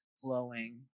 flowing